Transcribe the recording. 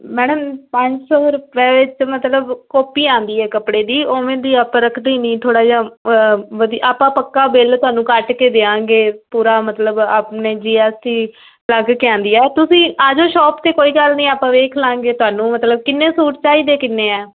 madam ਪੰਜ ਸੌ ਰੁਪਏ 'ਚ ਮਤਲਬ ਕਾਪੀ ਆਉਂਦੀ ਹੈ ਕੱਪੜੇ ਦੀ ਉਵੇਂ ਦੀ ਆਪਾਂ ਰੱਖਦੀ ਨਹੀਂ ਥੋੜ੍ਹਾ ਜਿਹਾ ਵਧੀਆ ਆਪਾਂ ਪੱਕਾ ਬਿੱਲ ਤੁਹਾਨੂੰ ਕੱਟ ਕੇ ਦਿਆਂਗੇ ਪੂਰਾ ਮਤਲਬ ਆਪਣੇ ਜੀ ਐਸ ਟੀ ਲੱਗ ਕੇ ਆਉਂਦੀ ਆ ਤੁਸੀਂ ਆ ਜੋ ਸ਼ੋਪ 'ਤੇ ਕੋਈ ਗੱਲ ਨਹੀਂ ਆਪਾਂ ਵੇਖ ਲਾਂਗੇ ਤੁਹਾਨੂੰ ਮਤਲਬ ਕਿੰਨੇ ਸੂਟ ਚਾਹੀਦੇ ਕਿੰਨੇ ਆ